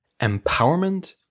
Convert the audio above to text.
Empowerment